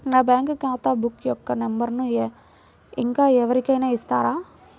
నా బ్యాంక్ ఖాతా బుక్ యొక్క నంబరును ఇంకా ఎవరి కైనా ఇస్తారా?